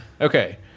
Okay